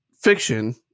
Fiction